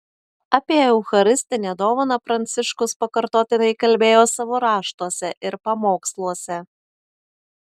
apie eucharistinę dovaną pranciškus pakartotinai kalbėjo savo raštuose ir pamoksluose